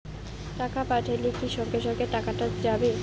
টাকা পাঠাইলে কি সঙ্গে সঙ্গে টাকাটা যাবে?